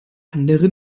anderen